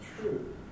true